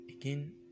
again